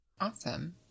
Awesome